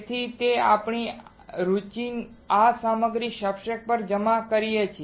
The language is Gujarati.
તેથી કે આપણે આપણી રુચિની આ સામગ્રી સબસ્ટ્રેટ પર જમા કરી શકીએ